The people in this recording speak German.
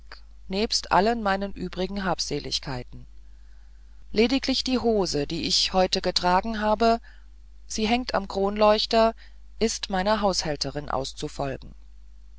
nebst allen meinen übrigen habseligkeiten lediglich die hose die ich heute getragen habe sie hängt am kronleuchter ist meiner haushälterin auszufolgen